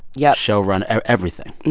yup. showrunner, everything